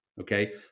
Okay